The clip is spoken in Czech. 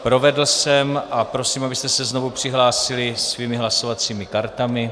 Provedl jsem a prosím, abyste se znovu přihlásili svými hlasovacími kartami.